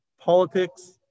politics